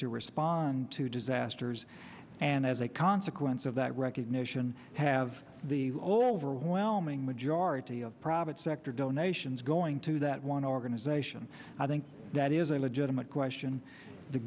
to respond to disasters and as a consequence of that recognition have the all overwhelming majority of private sector donations going to that one organization i think that is a legitimate question the